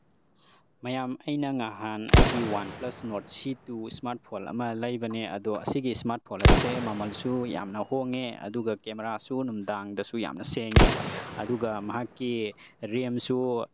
ꯃꯌꯥꯝ ꯑꯩꯅ ꯅꯍꯥꯟ ꯑꯩꯒꯤ OnePlus Nord C E two smartphone ꯑꯃ ꯂꯩꯕꯅꯦ ꯑꯗꯨ ꯑꯁꯤꯒꯤ ꯏꯁꯃꯥꯔꯠ ꯐꯣꯟ ꯑꯁꯦ ꯃꯃꯜꯁꯨ ꯌꯥꯝꯅ ꯍꯣꯡꯉꯦ ꯑꯗꯨꯒ ꯀꯦꯃꯦꯔꯥꯁꯨ ꯅꯨꯡꯗꯥꯡꯗꯁꯨ ꯌꯥꯝꯅ ꯁꯦꯡꯉꯦ ꯑꯗꯨꯒ ꯃꯍꯥꯛꯀꯤ ꯔꯦꯝꯁꯨ